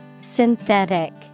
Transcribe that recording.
Synthetic